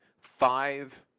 five